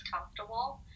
comfortable